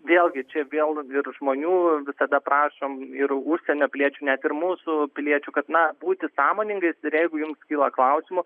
vėlgi čia vėl ir žmonių visada prašom ir užsienio piliečių net ir mūsų piliečių kad na būti sąmoningais ir jeigu jums kyla klausimų